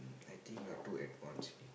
I think you're too advanced